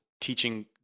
teaching